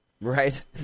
Right